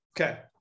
Okay